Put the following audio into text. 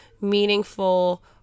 meaningful